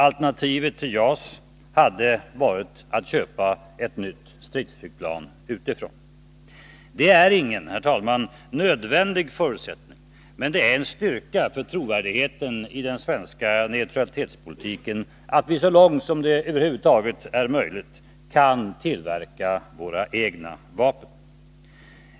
Alternativet till JAS hade varit att köpa ett nytt stridsflygplan utifrån. Det är ingen nödvändig förutsättning, herr talman, men det är en styrka för trovärdigheten i den svenska neutralitetspolitiken att vi så långt som det över huvud taget är möjligt kan tillverka våra egna vapen.